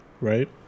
right